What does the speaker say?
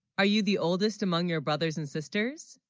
are you the oldest among your brothers and sisters,